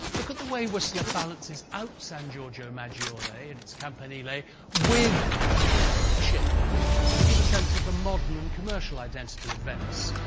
look at the way whistler balances out san giorgio maggiore and its campanile with a ship to give a sense of the modern, and commercial identity of venice.